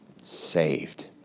saved